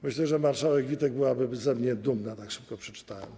Myślę, że marszałek Witek byłaby ze mnie dumna, tak szybko przeczytałem.